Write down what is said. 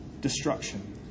destruction